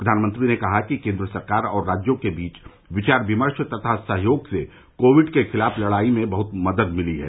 प्रधानमंत्री ने कहा कि केंद्र सरकार और राज्यों के बीच विचार विमर्श तथा सहयोग से कोविड के खिलाफ लड़ाई में बहुत मदद मिली है